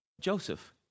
joseph